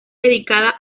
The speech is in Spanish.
dedicada